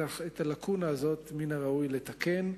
את הלקונה הזאת מן הראוי לתקן.